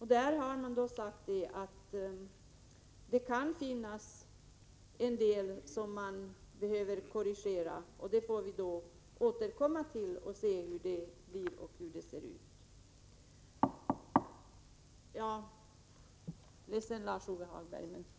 Han har sagt att det kan finnas en del som man behöver korrigera, och till den saken får vi återkomma. Min repliktid är nu slut, och jag hinner därför inte replikera Lars-Ove Hagberg denna gång.